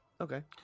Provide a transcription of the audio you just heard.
okay